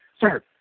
sir